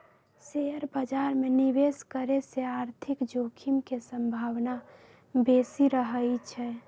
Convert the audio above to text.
share बाजार में निवेश करे से आर्थिक जोखिम के संभावना बेशि रहइ छै